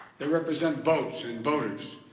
they represent votes and voters.